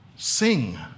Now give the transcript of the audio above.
Sing